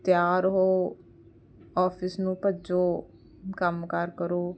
ਤਿਆਰ ਹੋ ਆਫਿਸ ਨੂੰ ਭੱਜੋ ਕੰਮ ਕਾਰ ਕਰੋ